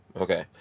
Okay